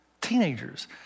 Teenagers